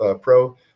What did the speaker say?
pro